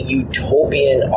utopian